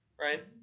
right